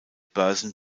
börsen